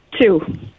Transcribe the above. two